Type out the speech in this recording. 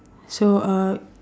so uh